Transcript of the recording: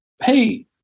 hey